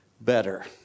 better